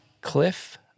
Cliff